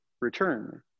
return